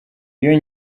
iyo